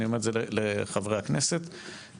חברי הכנסת,